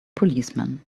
policeman